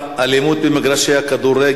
נעבור להצעות לסדר-היום בנושא: אלימות במגרשי הכדורגל,